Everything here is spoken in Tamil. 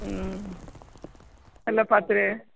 ம் நல்லா பார்த்து